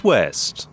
West